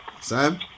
Sam